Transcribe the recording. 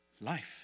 life